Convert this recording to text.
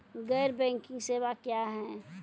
गैर बैंकिंग सेवा क्या हैं?